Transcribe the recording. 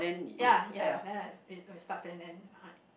ya ya ya it's stuff and right